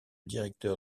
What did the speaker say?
directeur